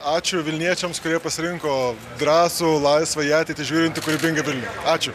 ačiū vilniečiams kurie pasirinko drąsų laisvą į ateitį žiūrintį kūrybingą vilnių ačiū